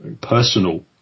personal